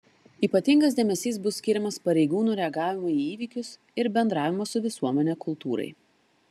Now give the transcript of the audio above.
ypatingas dėmesys bus skiriamas pareigūnų reagavimui į įvykius ir bendravimo su visuomene kultūrai